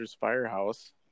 Firehouse